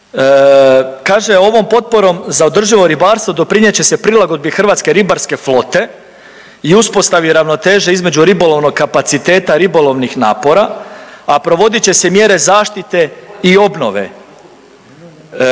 kaže ovom potporom za održivo ribarstvo doprinijet će se prilagodbi Hrvatske ribarske flote i uspostavi ravnoteže između ribolovnog kapaciteta ribolovnih napora, a provodit će se mjere zaštite i obnove.